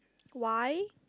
why